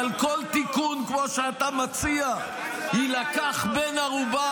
אבל כל תיקון כמו שאתה מציע יילקח בן ערובה